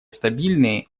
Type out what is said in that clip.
стабильные